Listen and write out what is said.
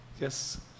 Yes